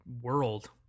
world